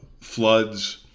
floods